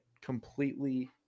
completely